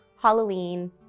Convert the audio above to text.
Halloween